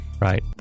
Right